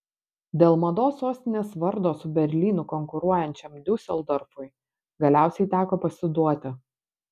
dėl mados sostinės vardo su berlynu konkuruojančiam diuseldorfui galiausiai teko pasiduoti